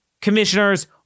commissioners